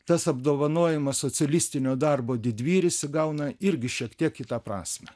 tas apdovanojimas socialistinio darbo didvyris įgauna irgi šiek tiek kitą prasmę